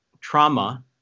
trauma